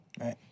Right